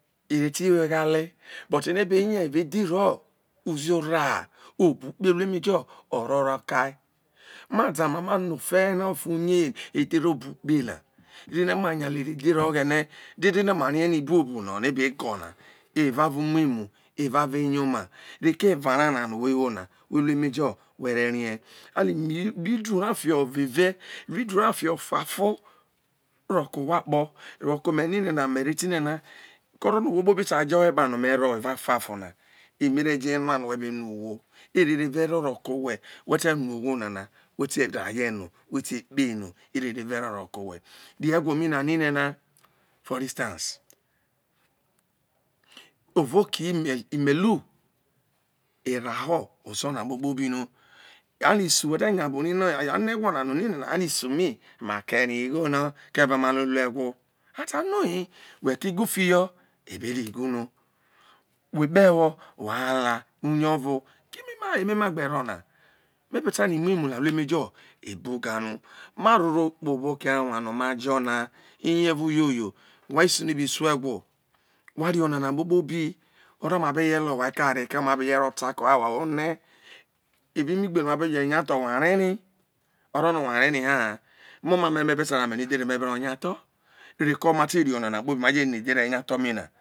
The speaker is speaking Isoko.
ire ti wo ghale but ene be ya evao edhere ọ uzio za ha obrukpe lu eme jo orọ ro kai ma dhomà mà nọ ofe ye na ofe uye edhere obru kpe na re ne ma ya lele edhere oghene dede no maria no ibũõbu no obe go na evo avo imue mu evo avo eyoma reko eva ra na no we wo na were lue majọ were rie a ni na ibidu ra fio ve ve lu idu ra fio fuafo ro ke owho akpo roko me ninena mera eti ne na, ko oterono owhokpobi ta jo ekpano me ro evafua fo ria eme re je enua no wo be nuo owho erere ve rọ rọ ke owhe we te raye no we te kpei no erere ve rọ ro ko we ri egwo mi na nine na. For instance. ovo ke imelu evaho ozo na kpokpobi no anisu wete nya bru ri no ano egwo na no nine na ani isu mi ma ke ri igho no keve ma te lue egwo ata noi we ko igu fio ebe re igu no we kpe ewo wahala uye ovo keme ma gbe ro na me be ta no imuemu na lu eme jo ibu ga no maro kpo obọ oke awa no ma jo na ini evo yoyo whai isu ne be su egwo wa ri onana kpokpobi oro no ma be reye ro lo wai eka ha reko eme ma be reye rọ ta ke owhai roho one eva eme igbe nọ wa be je nya tho wa re ri orono ware ri ha ha mo ma me me be ta na me rio edheri no me. be rọ nya tho reko ma te no edhere e nya tho mi na